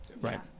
Right